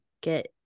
get